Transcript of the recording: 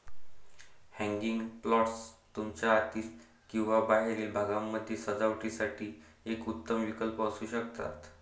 hanging planters तुमच्या आतील किंवा बाहेरील भागामध्ये सजावटीसाठी एक उत्तम विकल्प असू शकतात